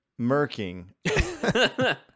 murking